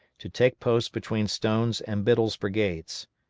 to take post between stone's and biddle's brigades.